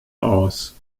aus